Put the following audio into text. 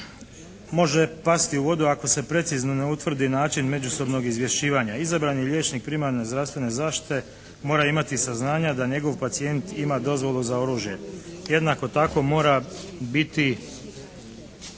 može pasti u vodu ako se precizno ne utvrdi način međusobnog izvješćivanja. Izabrani liječnik primarne zdravstvene zaštite mora imati saznanja da njegov pacijent ima dozvolu za oružje. Jednako tako mora biti